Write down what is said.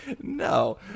no